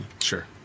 Sure